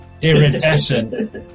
iridescent